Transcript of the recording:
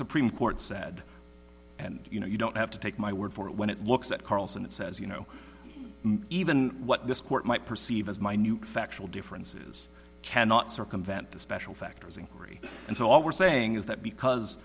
supreme court said and you know you don't have to take my word for it when it looks at carlson it says you know even what this court might perceive as minute factual differences cannot circumvent the special factors inquiry and so all we're saying is that because